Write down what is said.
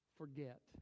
forget